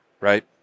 Right